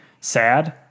sad